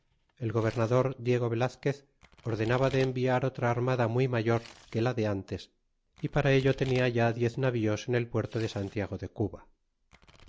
el gobernador diego velazquez ordenaba de enviar otra armada muy mayor que las de ntes y para ello tenia ya diez navíos en el puerto de santiago de cuba